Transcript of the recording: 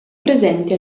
presenti